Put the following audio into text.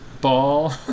ball